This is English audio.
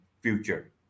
future